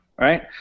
right